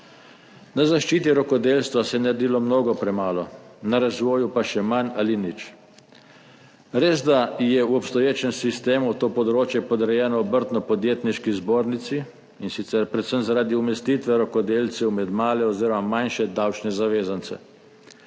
zaščite rokodelstva se je naredilo mnogo premalo, glede razvoja pa še manj ali nič. Res je, da je v obstoječem sistemu to področje podrejeno Obrtno-podjetniški zbornici, in sicer predvsem zaradi umestitve rokodelcev med male oziroma manjše davčne zavezance.